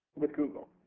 with google.